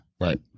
Right